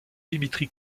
dimitri